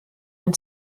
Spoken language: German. ein